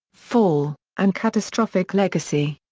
fall, and catastrophic legacy.